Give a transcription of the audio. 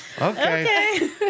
Okay